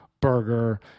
burger